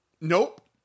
Nope